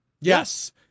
Yes